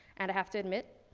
and i have to admit,